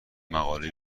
مقالهای